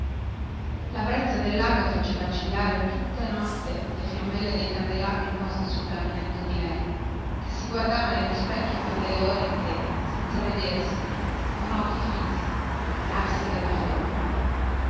la brezza del lago fece vacillare tutta notte le fiammelle dei candelabri posti sul caminetto di lei che si guardava nello specchio per delle ore intere senza vedersi con occhi fissi arsi dalla febbre